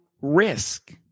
risk